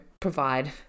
provide